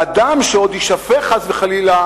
והדם שעוד יישפך חס וחלילה